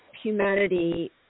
humanity